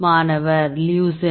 மாணவர் லியூசின்